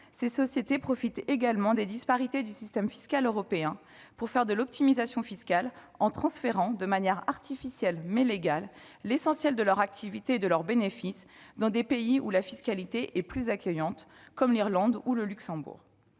ces sociétés profitent également des disparités des systèmes fiscaux européens pour faire de l'optimisation fiscale en transférant, de manière artificielle mais légale, l'essentiel de leur activité et de leurs bénéfices dans des pays où la fiscalité est plus accueillante, comme en Irlande ou au Luxembourg.